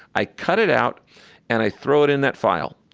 i cut it out and i throw it in that file.